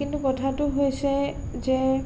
কিন্তু কথাটো হৈছে যে